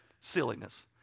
silliness